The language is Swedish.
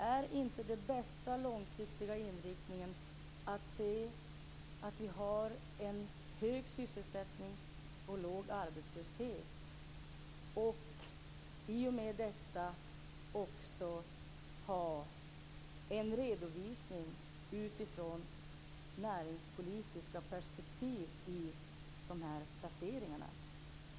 Är inte den bästa långsiktiga inriktningen att se till att vi har en hög sysselsättning och låg arbetslöshet och att också ha en redovisning utifrån näringspolitiska perspektiv i dessa placeringar?